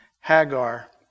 Hagar